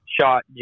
shot